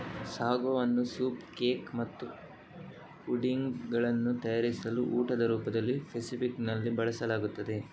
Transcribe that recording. sago ಅನ್ನು soup cake ಮತ್ತು pudding ಗಳನ್ನು ತಯಾರಿಸಲು ಊಟದ ರೂಪದಲ್ಲಿ ಫೆಸಿಫಿಕ್ ನಲ್ಲಿ ಬಳಸಲಾಗುತ್ತದೆ